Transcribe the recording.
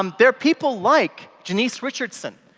um there are people like janice richardson,